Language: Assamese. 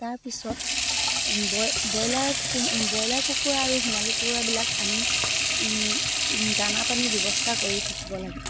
তাৰপিছত ব্ৰইলাৰ কুকুৰা আৰু সোণালী কুকুৰাবিলাক আমি দানা পানীৰ ব্যৱস্থা কৰি থাকিব লাগে